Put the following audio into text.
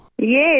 Yes